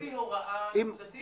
אבל לפי הוראה ספציפית.